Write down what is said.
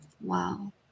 Wow